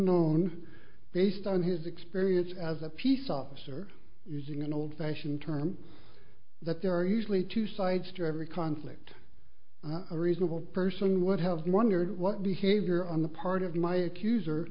known based on his experience as a peace officer using an old fashioned term that there are usually two sides to every conflict reasonable person would have wondered what behavior on the part of my accuser